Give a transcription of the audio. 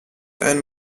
and